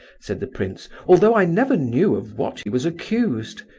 said the prince, although i never knew of what he was accused.